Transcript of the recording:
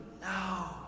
no